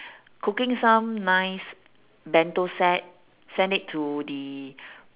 cooking some nice bento set send it to the